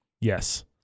Yes